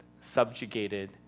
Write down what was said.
subjugated